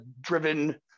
driven